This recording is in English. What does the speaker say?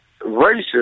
racist